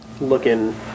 looking